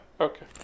okay